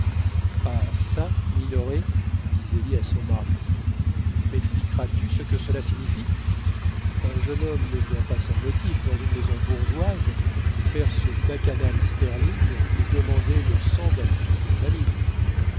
ah çà minoret dit zélie à son mari mexpliqueras tu ce que cela signifie un jeune homme ne vient pas sans motif dans une maison bourgeoise faire ce bacchanal sterling et demander le sang d'un fils de famille